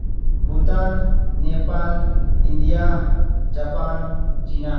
Bhutan Nepal India Japan China